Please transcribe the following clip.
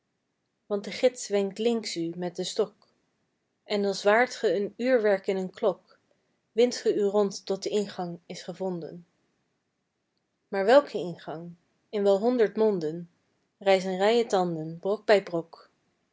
want de gids wenkt links u met den stok en als waart ge een uurwerk in een klok windt ge u rond tot de ingang is gevonden maar welke ingang in wel honderd monden rijzen rijen tanden brok bij brok